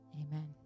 Amen